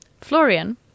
Florian